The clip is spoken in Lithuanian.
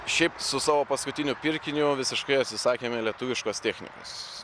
šiaip su savo paskutiniu pirkiniu visiškai atsisakėme lietuviškos technikos